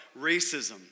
racism